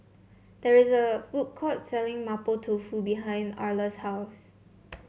there is a food court selling Mapo Tofu behind Arla's house